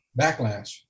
backlash